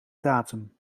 datum